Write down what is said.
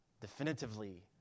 definitively